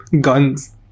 guns